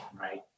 right